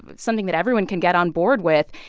but something that everyone can get on board with,